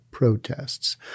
protests